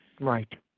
Right